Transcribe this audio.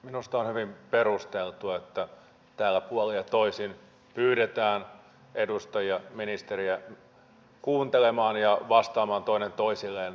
minusta on hyvin perusteltua että täällä puolin ja toisin pyydetään edustajia ministeriä kuuntelemaan ja vastaamaan toinen toisilleen arvokkaasti